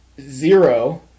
zero